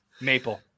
Maple